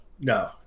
No